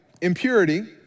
impurity